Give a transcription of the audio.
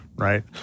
Right